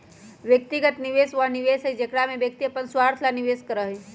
व्यक्तिगत निवेश वह निवेश हई जेकरा में व्यक्ति अपन स्वार्थ ला निवेश करा हई